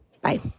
Bye